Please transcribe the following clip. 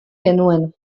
genuen